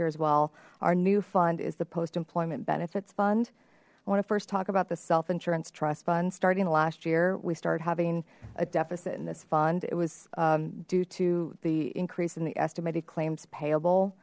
year as well our new fund is the post employment benefits fund i want to first talk about the self insurance trust fund starting last year we started having a deficit in this fund it was due to the increase in the estimated claims payable